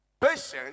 patient